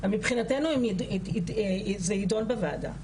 מבחינתנו זה יידון בוועדה.